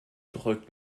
drückt